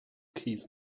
keith